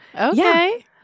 Okay